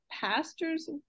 pastors